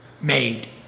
Made